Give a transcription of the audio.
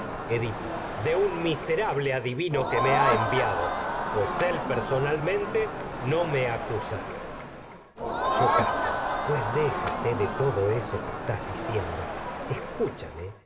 otro do un edipo miserable adivino que me ha envia do pues él personalmente no me acusa yocasta pues déjate de todo eso que estás dicien